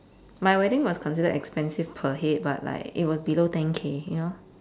my wedding was considered expensive per head but like it was below ten K you know